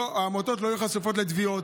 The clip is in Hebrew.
בהצעה הזאת העמותות לא יהיו חשופות לתביעות.